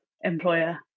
employer